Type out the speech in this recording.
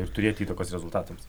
ir turėti įtakos rezultatams